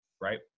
Right